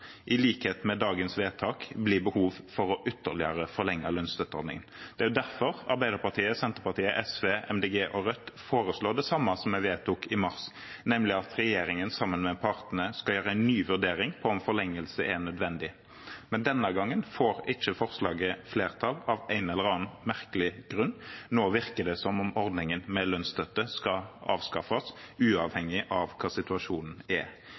i likhet med dagens vedtak, bli behov for ytterligere å forlenge lønnsstøtteordningen. Det er derfor Arbeiderpartiet, Senterpartiet, SV, Miljøpartiet De Grønne og Rødt foreslår det samme som vi vedtok i mars, nemlig at regjeringen sammen med partene skal gjøre en ny vurdering av om forlengelse er nødvendig. Men denne gangen får ikke forslaget flertall av en eller annen merkelig grunn. Nå virker det som om ordningen med lønnsstøtte skal avskaffes uavhengig av hva situasjonen er